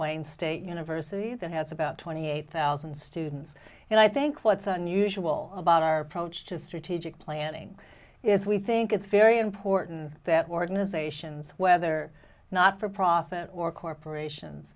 wayne state university that has about twenty eight thousand students and i think what's unusual about our approach to strategic planning is we think it's very important that organizations whether or not for profit or corporations